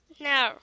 No